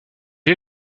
est